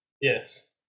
Yes